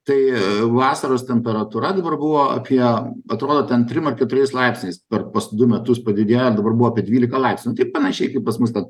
tai vasaros temperatūra dabar buvo apie atrodo ten trim ar keturiais laipsniais per pas du metus padidėjo ir dabar buvo apie dvylika laipsnių panašiai kaip pas mus tad